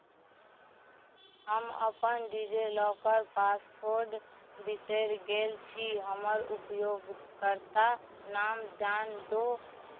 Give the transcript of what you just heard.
हम अपन DigiLocker password बिसरि गेल छी हमर उपयोगकर्ता नाम जानडो